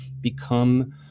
become